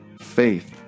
faith